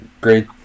Great